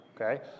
Okay